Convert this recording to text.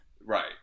Right